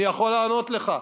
אני יכול לענות לך.